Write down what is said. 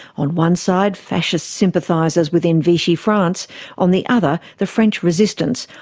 on one side, fascist sympathisers within vichy france on the other, the french resistance,